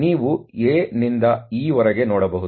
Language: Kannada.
ನೀವು A ನಿಂದ E ವರೆಗೆ ನೋಡಬಹುದು